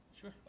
Sure